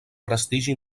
prestigi